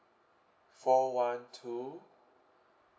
four one two